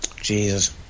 Jesus